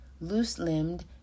loose-limbed